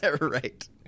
Right